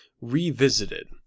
revisited